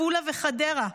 עפולה וחדרה.